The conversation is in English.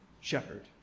shepherd